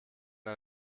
der